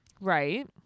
Right